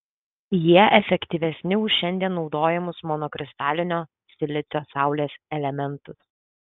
jie efektyvesni už šiandien naudojamus monokristalinio silicio saulės elementus